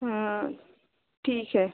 हाँ ठीक है